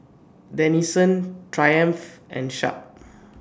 Denizen Triumph and Sharp